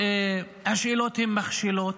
השאלות הן מכשילות?